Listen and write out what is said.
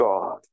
God